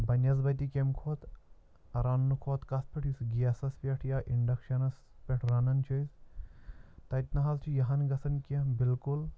بَنٮ۪سبَتہِ کَمہِ کھۄتہٕ رنٛنہٕ کھۄتہٕ کَتھ پٮ۪ٹھ یُس گیسَس پٮ۪ٹھ یا اِنٛڈَکشَنَس پٮ۪ٹھ رَنان چھِ أسۍ تَتہِ نہٕ حظ چھِ یِہَن گژھان کیٚنٛہہ بِلکُل